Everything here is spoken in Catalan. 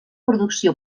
producció